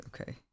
okay